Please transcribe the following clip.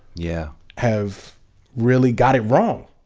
yeah have really got it wrong.